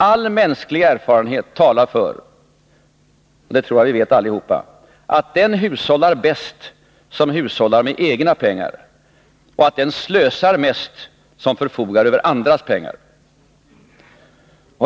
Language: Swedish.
All mänsklig erfarenhet talar för — det tror jag att vi vet allihopa — att den hushållar bäst som hushållar med egna pengar och att den slösar mest som förfogar över andras pengar.